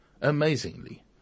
amazingly